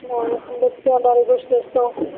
ਹੋਰ ਬੱਚਿਆਂ ਬਾਰੇ ਕੁਛ ਦੱਸੋ